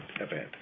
event